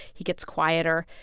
he gets quieter.